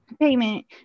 payment